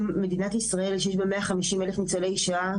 מדינת ישראל שיש בה 150,000 ניצולי שואה,